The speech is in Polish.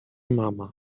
mama